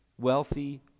wealthy